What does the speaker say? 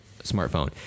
smartphone